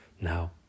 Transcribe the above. now